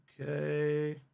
Okay